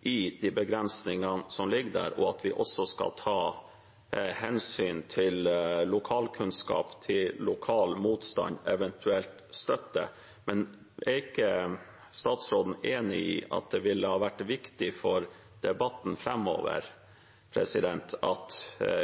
i de begrensningene som ligger der, og at vi også skal ta hensyn til lokalkunnskap, til lokal motstand, eventuelt støtte. Er ikke statsråden enig i at det ville ha vært viktig for debatten framover at